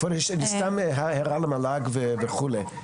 כבוד יושבת הראש, סתם הערה למל"ג וכולי.